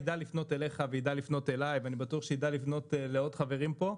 ידע לפנות אליך וידע לפנות אליי ואני בטוח שיידע לפנות לעוד חברים פה.